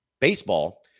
Baseball